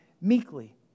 meekly